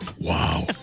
wow